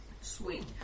Sweet